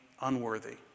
unworthy